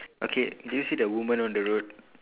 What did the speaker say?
okay do you see the woman on the road